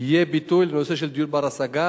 יהיה ביטוי לנושא של דיור בר-השגה,